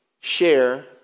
share